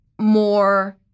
more